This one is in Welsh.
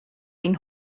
ein